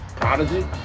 Prodigy